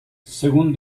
según